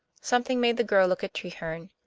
something made the girl look at treherne.